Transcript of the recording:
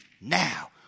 now